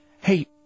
Hey